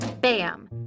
Bam